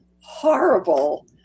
horrible